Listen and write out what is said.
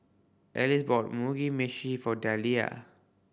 Alice bought Mugi Meshi for Deliah